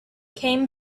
came